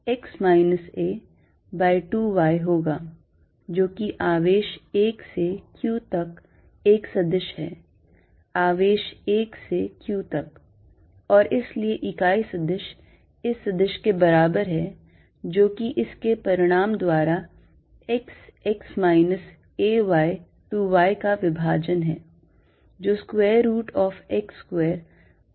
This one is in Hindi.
तो यह x x minus a by 2 y होगा जो कि आवेश 1 से q तक एक सदिश है आवेश 1 से q तक और इसलिए इकाई सदिश इस सदिश के बराबर है जो की इसके परिमाण द्वारा x x minus a y to y का विभाजन है जो square root of x square plus a square by 4 होगा